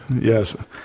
Yes